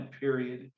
period